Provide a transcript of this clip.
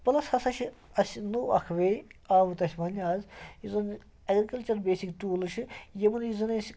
plus ہَسا چھِ اَسہِ نوٚو اَکھ وے آمُت اَسہِ وۄنۍ آز یُس زَن ایٚگرِکَلچَر بیسِک ٹوٗلٕز چھِ یِمَن یُس زَنہٕ اَسہِ